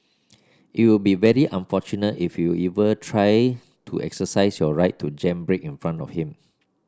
it will be very unfortunate if you ever try to exercise your right to jam brake in front of him